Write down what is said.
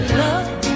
love